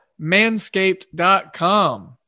Manscaped.com